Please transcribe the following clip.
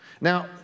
Now